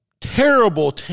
terrible